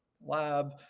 lab